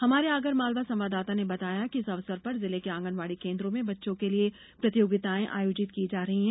हमारे आगरमालवा संवाददाता ने बताया कि इस अवसर पर जिले के आंगनवाड़ी केन्द्रों में बच्चों के लिए प्रतियोगिताएं आयोजित की जा रही हैं